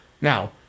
Now